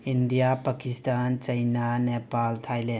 India Pakistan China Nepal Thailand